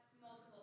Multiple